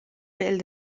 béal